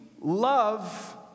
love